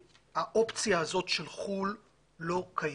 האופציה הזאת של חו"ל לא קיימת,